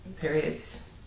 periods